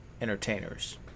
entertainers